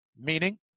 Meaning